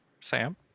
Sam